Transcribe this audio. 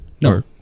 No